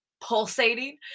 pulsating